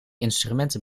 instrumenten